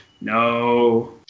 No